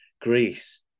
Greece